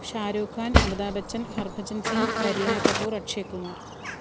Shahrukh Khan Amitabh Bachchan Harbhajan Singh Kareena Kapoor Akshay Kumar